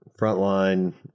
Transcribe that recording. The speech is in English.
frontline